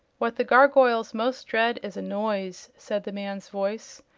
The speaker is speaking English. what the gargoyles most dread is a noise, said the man's voice.